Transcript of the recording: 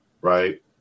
right